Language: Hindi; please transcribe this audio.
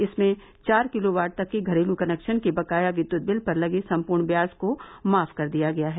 इसमें चार किलोवाट तक के घरेलू कनेक्शन के बकाया विद्युत बिल पर लगे संपूर्ण व्याज को माफ कर दिया गया है